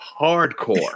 hardcore